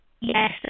Yes